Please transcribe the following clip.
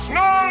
no